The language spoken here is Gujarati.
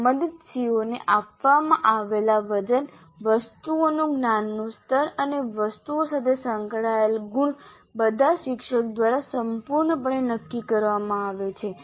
સંબંધિત CO ને આપવામાં આવેલા વજન વસ્તુઓનું જ્ઞાનનું સ્તર અને વસ્તુઓ સાથે સંકળાયેલ ગુણ બધા શિક્ષક દ્વારા સંપૂર્ણપણે નક્કી કરવામાં આવે છે